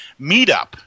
Meetup